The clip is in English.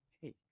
Hey